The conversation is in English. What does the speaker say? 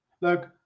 Look